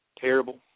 terrible